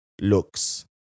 looks